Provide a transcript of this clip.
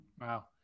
Wow